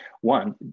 one